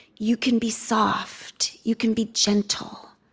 you can be soft. you can be gentle.